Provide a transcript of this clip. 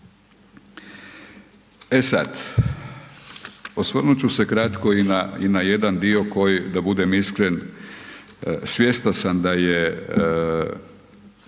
E sad, osvrnut ću se kratko i na jedan dio koji da budem iskren, svjestan sam da su